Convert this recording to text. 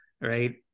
right